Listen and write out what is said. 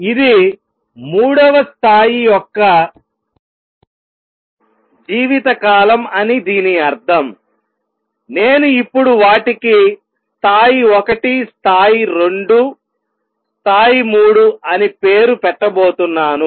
ఇది 3 వ స్థాయి యొక్క జీవితకాలం అని దీని అర్థం నేను ఇప్పుడు వాటికి స్థాయి 1 స్థాయి 2 స్థాయి 3 అని పేరు పెట్టబోతున్నాను